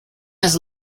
has